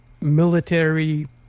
military